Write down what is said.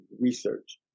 research